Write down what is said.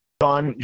John